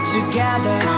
Together